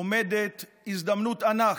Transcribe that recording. עומדת הזדמנות ענק,